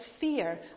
fear